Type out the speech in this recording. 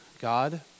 God